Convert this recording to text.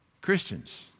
Christians